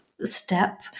step